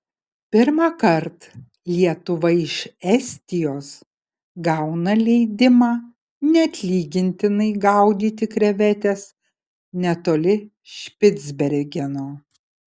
pirmąkart lietuva iš estijos gauna leidimą neatlygintinai gaudyti krevetes netoli špicbergeno